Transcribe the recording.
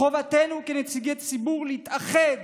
חובתנו כנציגי ציבור להתאחד